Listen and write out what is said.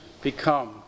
become